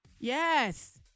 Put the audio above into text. Yes